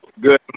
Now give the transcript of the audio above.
Good